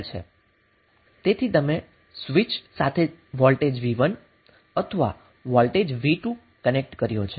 તેથી તમે સ્વીચ સાથે વોલ્ટેજ V1 અથવા વોલ્ટેજ V2 કનેક્ટ કર્યો છે